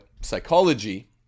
psychology